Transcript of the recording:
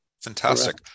fantastic